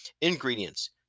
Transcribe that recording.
Ingredients